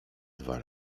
dwa